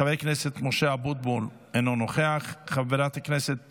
חבר הכנסת משה אבוטבול, אינו נוכח, חברת הכנסת